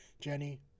jenny